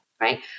right